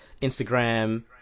Instagram